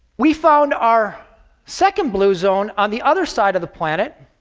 we found our second blue zone on the other side of the planet,